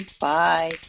Bye